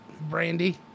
Brandy